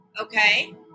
Okay